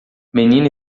menina